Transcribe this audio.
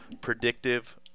predictive